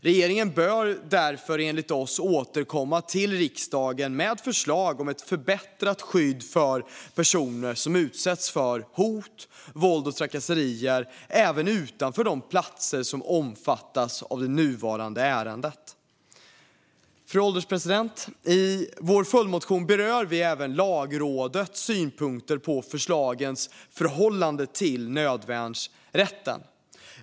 Regeringen bör därför enligt oss återkomma till riksdagen med förslag om ett förbättrat skydd för personer som utsätts för hot, våld och trakasserier även utanför de platser som omfattas av det nuvarande ärendet. Fru ålderspresident! I vår följdmotion berör vi även Lagrådets synpunkter på förslagens förhållande till nödvärnsrätten.